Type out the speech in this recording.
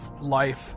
life